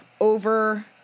Over